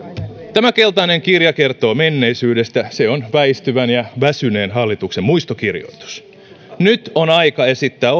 tämä keltainen kirja kertoo menneisyydestä se on väistyvän ja väsyneen hallituksen muistokirjoitus nyt on aika esittää